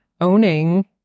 owning